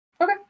okay